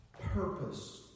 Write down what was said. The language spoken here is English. purpose